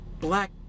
black